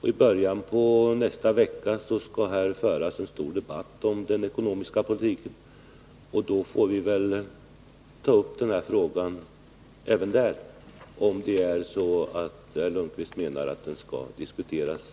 I början av nästa vecka skall här föras en stor debatt om den ekonomiska politiken. Då får vi väl ta upp den här frågan, om det nu är så att herr Lundkvist menar att den skall diskuteras nu.